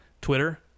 Twitter